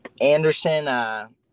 Anderson –